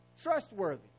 trustworthy